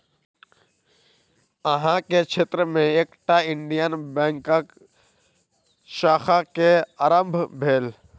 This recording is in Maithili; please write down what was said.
अहाँ के क्षेत्र में एकटा इंडियन बैंकक शाखा के आरम्भ भेल